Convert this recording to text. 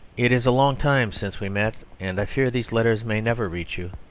it is a long time since we met and i fear these letters may never reach you.